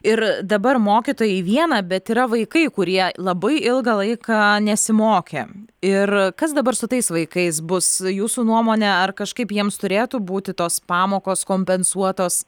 ir dabar mokytojai viena bet yra vaikai kurie labai ilgą laiką nesimokė ir kas dabar su tais vaikais bus jūsų nuomone ar kažkaip jiems turėtų būti tos pamokos kompensuotos